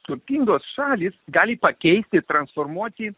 turtingos šalys gali pakeisti transformuoti